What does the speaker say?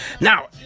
Now